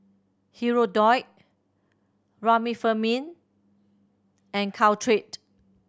Hirudoid Remifemin and Caltrate